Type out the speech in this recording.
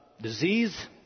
disease